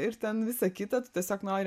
ir ten visa kita tiesiog nori